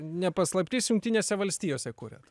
ne paslaptis jungtinėse valstijose kuriat